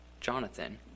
Jonathan